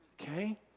okay